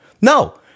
No